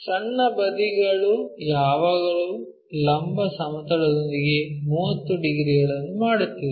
ಸಣ್ಣ ಬದಿಗಳು ಯಾವಾಗಲೂ ಲಂಬ ಸಮತಲದೊಂದಿಗೆ 30 ಡಿಗ್ರಿಗಳನ್ನು ಮಾಡುತ್ತಿದೆ